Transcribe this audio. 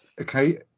Okay